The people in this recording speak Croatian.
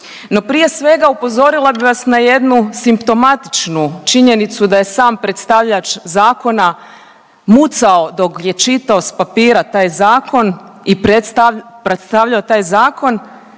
No, prije svega upozorila bih vas na jednu simptomatičnu činjenicu da je sam predstavljač zakona mucao dok je čitao sa papira taj zakon i predstavljao taj zakon,